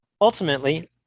ultimately